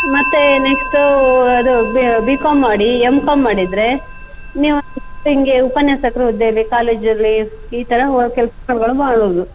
ಮತ್ತು ನೆಕ್ಸ್ಟು ಅದು B com ಮಾಡಿ ಎಂ ಕಾಮ್ ಮಾಡಿದರೆ ನೀವು ಉಪನ್ಯಾಸಕರ ಹುದ್ದೆಲಿ ಕಾಲೇಜಲ್ಲಿ ಈ ಥರ ವ ಕೆಲ್ಸಗಳು ಮಾಡ್ಬೋದು